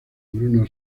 bruno